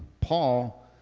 Paul